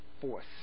force